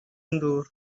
induru